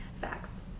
facts